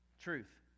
Truth